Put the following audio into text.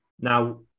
now